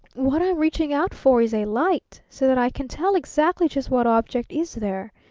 what i'm reaching out for is a light, so that i can tell exactly just what object is there.